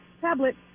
tablet